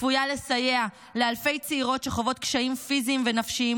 צפויה לסייע לאלפי צעירות שחוות קשיים פיזיים ונפשיים